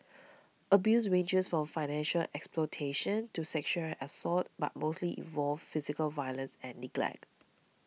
abuse ranges from financial exploitation to sexual assault but mostly involves physical violence and neglect